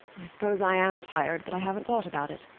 i suppose i am tired but i haven't thought about it.